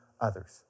others